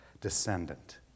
descendant